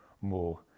more